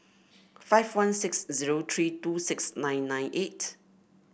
five one six zoer three two six nine nine eight